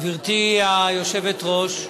גברתי היושבת-ראש,